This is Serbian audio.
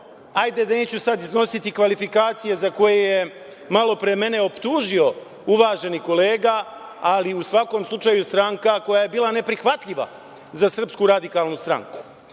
hajde neću sad iznositi kvalifikacije za koje je malopre mene optužio uvaženi kolega, ali u svakom slučaju stranka koja je bila neprihvatljiva za SRS.Ono što